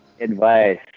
advice